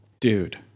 Dude